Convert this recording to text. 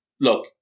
Look